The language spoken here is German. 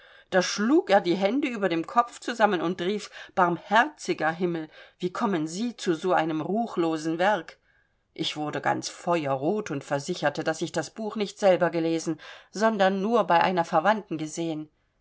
da schlug er die hände über dem kopf zusammen und rief barmherziger himmel wie kommen sie zu so einem ruchlosen werk ich wurde ganz feuerrot und versicherte daß ich das buch nicht selber gelesen sondern nur bei einer verwandten gesehen